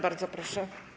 Bardzo proszę.